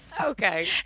Okay